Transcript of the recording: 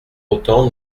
autant